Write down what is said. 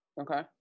okay